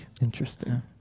Interesting